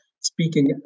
speaking